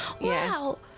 Wow